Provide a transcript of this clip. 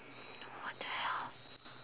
what the hell